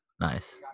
Nice